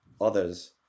others